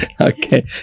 Okay